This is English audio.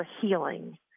healing